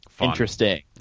interesting